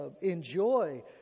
enjoy